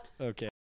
Okay